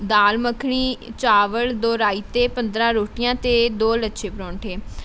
ਦਾਲ਼ ਮੱਖਣੀ ਚਾਵਲ ਦੋ ਰਾਇਤੇ ਪੰਦਰ੍ਹਾਂ ਰੋਟੀਆਂ ਅਤੇ ਦੋ ਲੱਛੇ ਪਰੌਂਠੇ